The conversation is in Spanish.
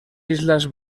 islas